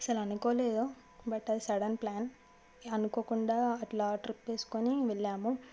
అసలు అనుకోలేదు బట్ అది సడెన్ ప్లాన్ అనుకోకుండా అట్లా ట్రిప్ వేసుకొని వెళ్ళాము